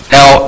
Now